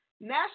national